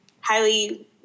highly